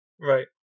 Right